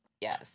Yes